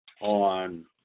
on